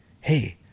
Hey